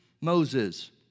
Moses